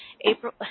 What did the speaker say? April